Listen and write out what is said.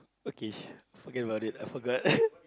okay forget about it I forgot